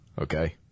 Okay